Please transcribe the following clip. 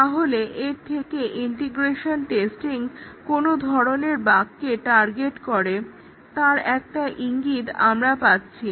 তাহলে এর থেকে ইন্টিগ্রেশন টেস্টিং কোন ধরনের বাগকে টার্গেট করে তার একটা ইঙ্গিত আমরা পাচ্ছি